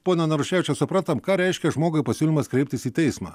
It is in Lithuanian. pone naruševičiau suprantam ką reiškia žmogui pasiūlymas kreiptis į teismą